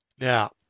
Now